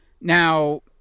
Now